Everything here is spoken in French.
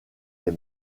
des